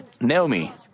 Naomi